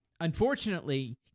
unfortunately